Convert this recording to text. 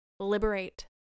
liberate